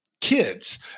kids